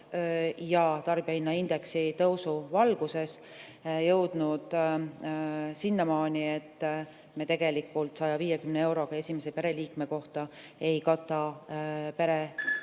ja tarbijahinnaindeksi tõusu valguses jõudnud sinnamaani, et me tegelikult 150 euroga esimese pereliikme kohta ei kata pere